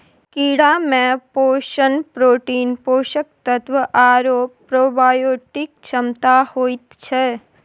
कीड़ामे पोषण प्रोटीन, पोषक तत्व आओर प्रोबायोटिक क्षमता होइत छै